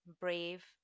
brave